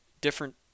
different